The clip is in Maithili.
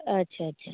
अच्छा अच्छा